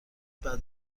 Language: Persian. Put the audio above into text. بعد